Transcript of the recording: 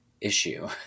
issue